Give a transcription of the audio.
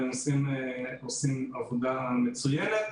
והם עושים עבודה מצוינת.